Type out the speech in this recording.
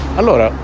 allora